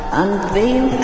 unveil